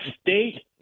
state